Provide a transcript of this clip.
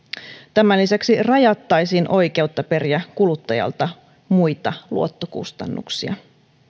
tämän lisäksi rajattaisiin oikeutta periä kuluttajalta muita luottokustannuksia